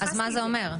אז מה זה אומר?